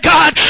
God